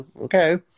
Okay